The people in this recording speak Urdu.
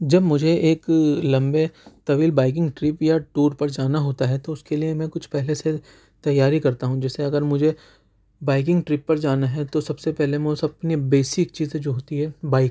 جب مجھے ایک لمبے طویل بائیکنگ ٹرپ یا ٹور پر جانا ہوتا ہے تو اُس کے لئے میں کچھ پہلے سے تیاری کرتا ہوں جیسے اگر مجھے بائیکنگ ٹرپ پر جانا ہے تو سب سے پہلے میں اُس اپنی بیسک چیزیں جو ہوتی ہیں بائیک